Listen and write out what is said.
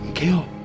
kill